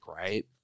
right